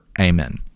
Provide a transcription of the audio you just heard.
Amen